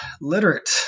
literate